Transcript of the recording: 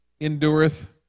endureth